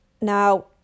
now